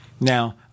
Now